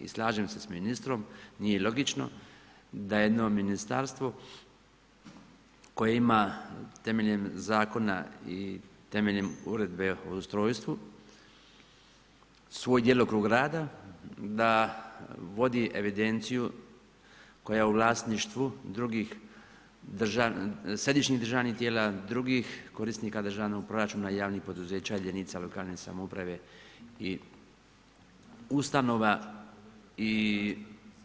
I slažem se s ministrom, nije logično da jedno ministarstvo koje ima temeljem zakona i temeljem uredbe o ustrojstvu svoj djelokrug rada, da vodi evidenciju koja je u vlasništvu drugih, središnjih državnih tijela, drugih korisnika državnog proračuna i javnih poduzeća jedinice lokalne samouprave i ustanova i